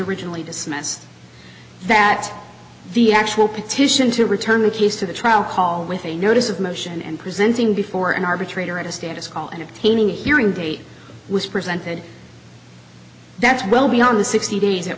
originally dismissed that the actual petition to return the case to the trial call with a notice of motion and presenting before an arbitrator at a status call entertaining a hearing date was presented that's well beyond the sixty days at